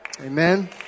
Amen